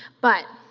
but,